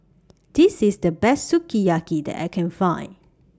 This IS The Best Sukiyaki that I Can Find